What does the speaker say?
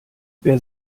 wer